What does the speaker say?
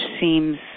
seems